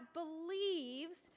believes